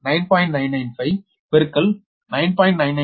995 பெருக்கல் 9